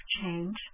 change